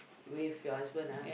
with your husband ah